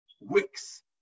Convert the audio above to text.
wicks